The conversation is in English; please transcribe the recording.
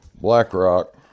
BlackRock